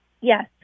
Yes